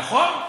נכון.